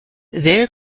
their